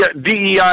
DEI